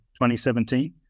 2017